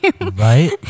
Right